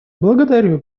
благодарю